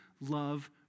love